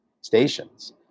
stations